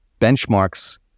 benchmarks